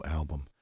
album